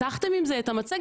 פתחתם עם זה את המצגת,